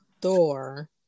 Thor